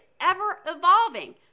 ever-evolving